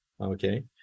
okay